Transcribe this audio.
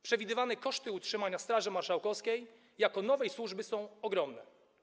Przewidywane koszty utrzymania Straży Marszałkowskiej jako nowej służby są ogromne.